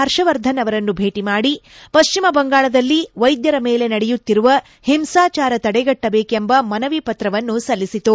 ಹರ್ಷವರ್ಧನ್ ಅವರನ್ನು ಭೇಟಿ ಮಾಡಿ ಪಶ್ಚಿಮ ಬಂಗಾಳದಲ್ಲಿ ವೈದ್ಯರ ಮೇಲೆ ನಡೆಯುತ್ತಿರುವ ಹಿಂಸಾಜಾರ ತಡೆಗಟ್ಟಬೇಕೆಂಬ ಮನವಿ ಪತ್ರವನ್ನು ಸಲ್ಲಿಸಿತು